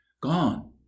gone